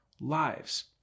lives